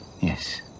yes